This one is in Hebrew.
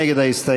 מי נגד ההסתייגות?